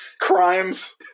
crimes